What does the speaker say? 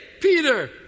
Peter